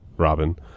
robin